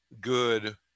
good